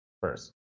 first